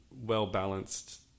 well-balanced